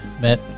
met